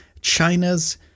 China's